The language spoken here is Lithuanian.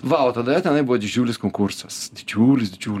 va o tada tenai buvo didžiulis konkursas didžiulis didžiuli